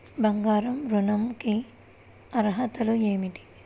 బంగారు ఋణం కి అర్హతలు ఏమిటీ?